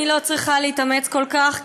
אני לא צריכה להתאמץ כל כך,